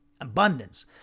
abundance